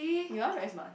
you are very smart